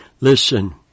listen